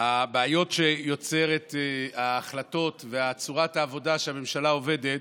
הבעיות שיוצרות ההחלטות וצורת העבודה שבה הממשלה עובדת,